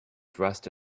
dressed